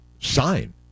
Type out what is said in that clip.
sign